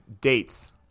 Dates